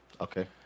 Okay